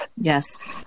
Yes